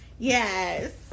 Yes